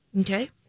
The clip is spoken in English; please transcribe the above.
okay